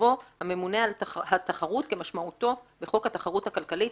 יבוא "הממונה על התחרות כמשמעותו בחוק התחרות הכלכלית,